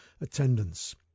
attendance